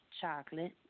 chocolate